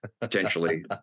potentially